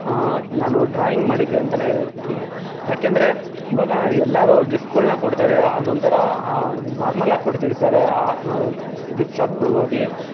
ನಾನು ಡ್ರಾಯಿಂಗ್ ಮಾಡಿದ್ದೆ ಅಂತಲೇ ಹೇಳೋಕ್ಕೆ ಏಕೆಂದರೆ ಈವಾಗ ಎಲ್ಲರೂ ಗಿಫ್ಟ್ಗಳನ್ನ ಕೊಡ್ತಾರೆ ಅದೊಂಥರ ನಾರ್ಮಲಾಗಿ ಕೊಡ್ತಿರ್ತಾರೆ ಗಿಫ್ಟ್ ಶಾಪ್ಗಳಿಗೆ ಹೋಗಿ